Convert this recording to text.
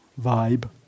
vibe